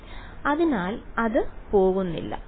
വിദ്യാർത്ഥി അതിനാൽ അത് പോകുന്നില്ല